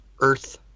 earth